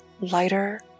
lighter